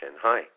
Hi